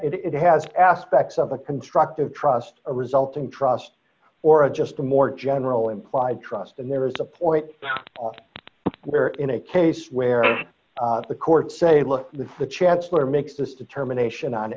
stamp it has aspects of a constructive trust a resulting trust or a just a more general implied trust and there is a point where in a case where the courts say look the chancellor makes this determination on